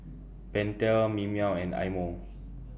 Pentel Mimeo and Eye Mo